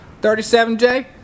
37J